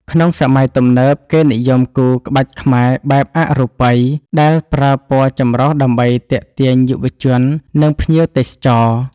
ក្នុងសម័យទំនើប គេនិយមគូរ ក្បាច់ខ្មែរបែបអរូបី ដែលប្រើពណ៌ចម្រុះដើម្បីទាក់ទាញយុវជន និងភ្ញៀវទេសចរ។